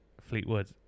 Fleetwood